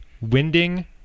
winding